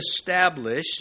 establish